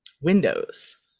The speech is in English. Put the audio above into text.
windows